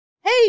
hey